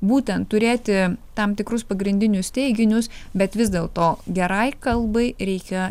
būtent turėti tam tikrus pagrindinius teiginius bet vis dėlto gerai kalbai reikia